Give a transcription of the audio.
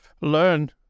learn